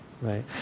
right